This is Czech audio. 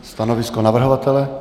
Stanovisko navrhovatele?